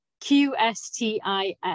qstis